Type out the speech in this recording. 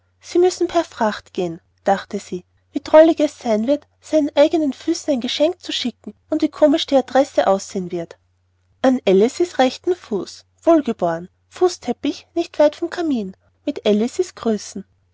sie müssen per fracht gehen dachte sie wie drollig es sein wird seinen eignen füßen ein geschenk zu schicken und wie komisch die adresse aussehen wird alice's rechten fuß wohlgeboren fußteppich nicht weit vom kamin mit alice's grüßen